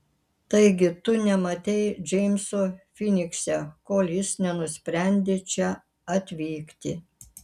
taigi tu nematei džeimso finikse kol jis nenusprendė čia atvykti